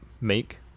make